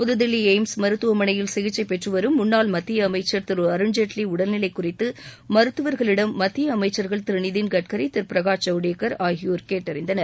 புதுதில்லி AIIMS மருத்துவமனையில் சிகிச்சை பெற்றுவரும் முன்னாள் மத்திய அமைச்சா் திரு அருண் ஜேட்லி உடல்நிலை குறித்து மருத்துவர்களிடம் மத்திய அமைச்சள்கள் திரு நிதின் கட்கரி திரு பிரகாஷ் ஜவ்டேக்கர் ஆகியோர் கேட்டறிந்தனர்